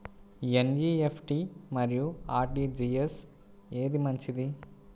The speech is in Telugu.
ఎన్.ఈ.ఎఫ్.టీ మరియు అర్.టీ.జీ.ఎస్ ఏది మంచిది?